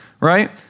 right